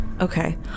Okay